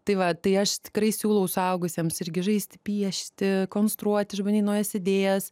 tai va tai aš tikrai siūlau suaugusiems irgi žaisti piešti konstruoti išbandyt naujas idėjas